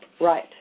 Right